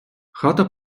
хата